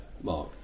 Mark